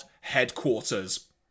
headquarters